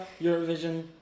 Eurovision